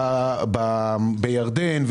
בירדן,